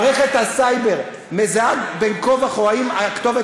מערכת הסייבר מזהה בין כה וכה אם כתובת